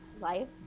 life